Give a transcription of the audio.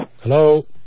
Hello